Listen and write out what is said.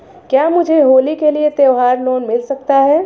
क्या मुझे होली के लिए त्यौहार लोंन मिल सकता है?